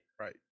right